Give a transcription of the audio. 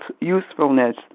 usefulness